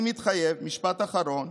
משפט אחרון.